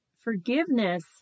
Forgiveness